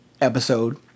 episode